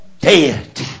dead